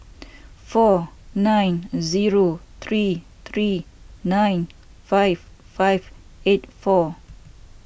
four nine three three nine five five eight four